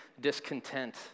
discontent